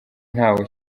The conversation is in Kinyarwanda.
ntaho